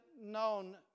known